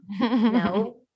No